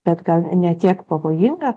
bet gal ne tiek pavojinga